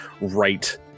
right